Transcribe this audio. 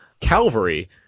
Calvary